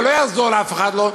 זה לא יעזור לאף אחד,